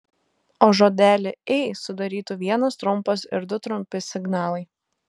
o žodelį ei sudarytų vienas trumpas ir du trumpi signalai